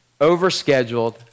overscheduled